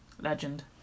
Legend